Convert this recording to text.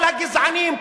כל הגזענים,